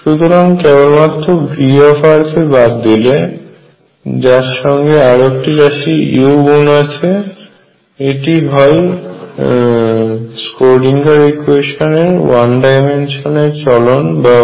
সুতরাং কেবলমাত্র Vr কে বাদ দিলে যার সঙ্গে আরও একটি রাশি u গুন আছে এটি হয় সেই স্ক্রোডিঙ্গার ইকুয়েশান ওয়ান ডাইমেনশনে চলন এর জন্য